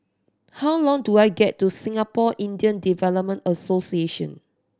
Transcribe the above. how long do I get to Singapore Indian Development Association